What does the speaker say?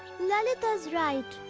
lalita is right.